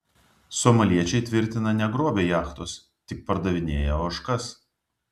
somaliečiai tvirtina negrobę jachtos tik pardavinėję ožkas